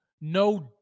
no